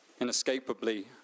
Inescapably